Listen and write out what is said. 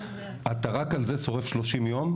אתה רק על זה שורף 30 יום.